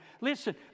Listen